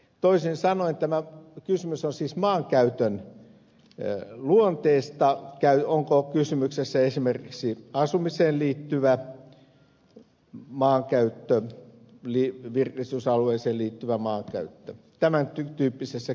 toisin sanoen kysymys on siis maankäytön luonteesta onko kysymyksessä esimerkiksi asumiseen liittyvä maankäyttö virkistysalueeseen liittyvä maankäyttö tämän tyyppisestä kysymyksestä